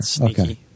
Okay